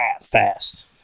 fast